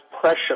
pressure